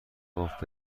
باف